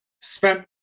spent